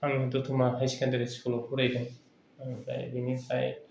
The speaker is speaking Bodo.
आं दतमा हायार सेकेन्डारि स्कुलाव फरायोमोन आमफ्राय बेनिफ्राय